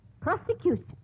Prosecution